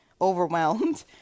overwhelmed